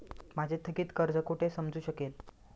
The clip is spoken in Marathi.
माझे थकीत कर्ज कुठे समजू शकेल?